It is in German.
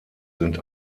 sind